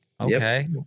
Okay